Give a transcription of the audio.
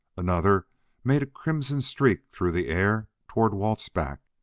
another made a crimson streak through the air toward walt's back.